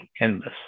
endless